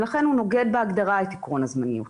לכן הוא נוגד בהגדרה את עקרון הזמניות.